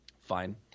Fine